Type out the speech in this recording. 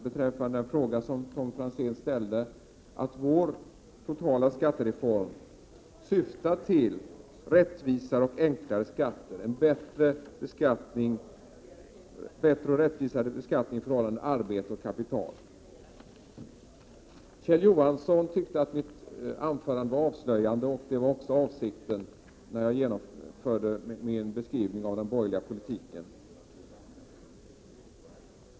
Beträffande den fråga som Tommy Franzén ställde vill jag framhålla att vår totala skattereform syftar till rättvisare och enklare skatteregler samt en bättre och rättvisare beskattning i förhållandet mellan arbete och kapital. Kjell Johansson ansåg att mitt anförande var avslöjande. Det var också avsikten med min beskrivning av den borgerliga politiken.